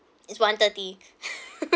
it's one thirty